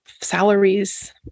salaries